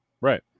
Right